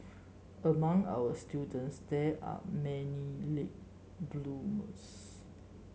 among our students there are many late bloomers